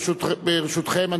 ברשותכם,